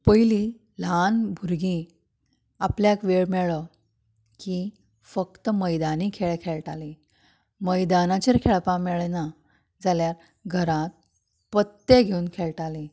पयलीं ल्हान भुरगीं आपल्याक वेळ मेळो की फक्त मैदानी खेळ खेळटालीं मैदानाचेर खेळपा मेळना जाल्यार घरांत पत्ते घेवन खेळटालीं